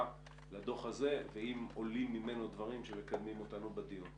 לדו"ח הזה ואם עולים ממנו דברים שמקדמים אותנו בדיון.